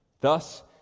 Thus